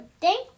Thank